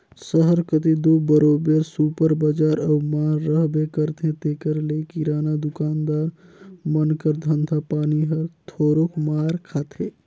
सहर कती दो बरोबेर सुपर बजार अउ माल रहबे करथे तेकर ले किराना दुकानदार मन कर धंधा पानी हर थोरोक मार खाथे